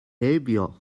heibio